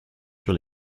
sur